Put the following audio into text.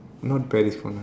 not Paris